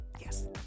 Yes